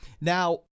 Now